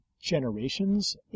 generations